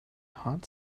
hot